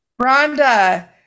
Rhonda